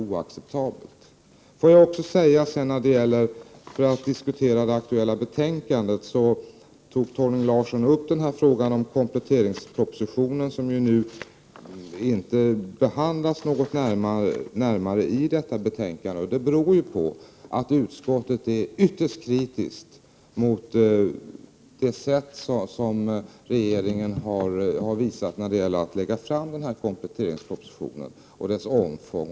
Beträffande det aktuella betänkandet tog Torgny Larsson upp frågan om kompletteringspropositionen, som inte närmare behandlas i detta betänkande, vilket beror på att utskottet är ytterst kritiskt mot det sätt varpå regeringen har framlagt kompletteringspropositionen och mot omfånget.